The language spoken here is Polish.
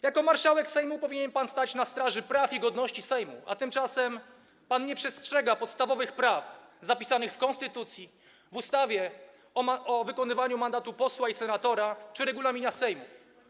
Jako marszałek Sejmu powinien pan stać na straży praw i godności Sejmu, a tymczasem pan nie przestrzega podstawowych praw zapisanych w konstytucji, w ustawie o wykonywaniu mandatu posła i senatora czy regulaminie Sejmu.